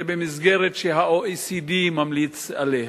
זה במסגרת שה-OECD ממליץ עליה.